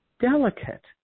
delicate